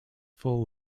full